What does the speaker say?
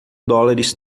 dólares